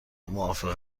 موافق